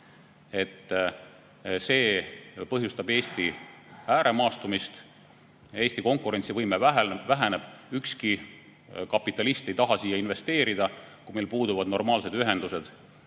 See põhjustab Eesti ääremaastumist. Eesti konkurentsivõime väheneb. Ükski kapitalist ei taha siia investeerida, kui meil puuduvad normaalsed ühendused